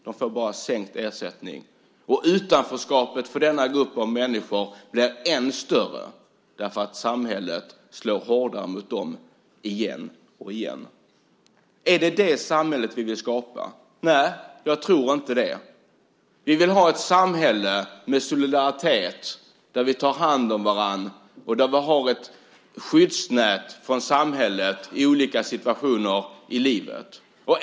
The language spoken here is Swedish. De får bara sänkt ersättning. Utanförskapet för denna grupp av människor blir ännu större, därför att samhället slår hårdare mot dem igen och igen. Är det ett sådant samhälle vi vill skapa? Nej, jag tror inte det. Vi vill ha ett samhälle med solidaritet, där vi tar hand om varandra och där vi har ett skyddsnät från samhället i olika situationer i livet.